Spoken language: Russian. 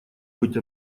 быть